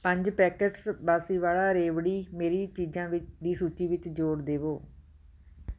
ਪੰਜ ਪੈਕੇਟਸ ਬਾਂਸੀਵਾਲਾ ਰੇਵਡੀ ਮੇਰੀ ਚੀਜ਼ਾਂ ਵੀ ਦੀ ਸੂਚੀ ਵਿੱਚ ਜੋੜ ਦੇਵੋ